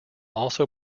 also